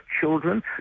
children